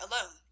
alone